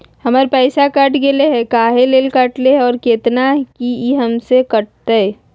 हमर पैसा कट गेलै हैं, काहे ले काटले है और कितना, की ई हमेसा कटतय?